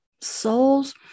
soul's